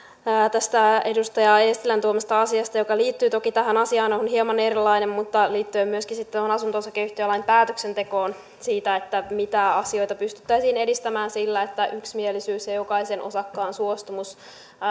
tästä edustaja eestilän tuomasta asiasta joka liittyy toki tähän asiaan mutta on hieman erilainen liittyen myöskin tuohon asunto osakeyhtiölain päätöksentekoon mitä asioita pystyttäisiin edistämään sillä että yksimielisyys ja jokaisen osakkaan suostumus